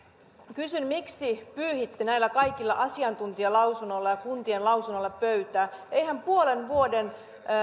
kysyn miksi pyyhitte näillä kaikilla asiantuntijalausunnoilla ja kuntien lausunnoilla pöytää eihän puolen vuoden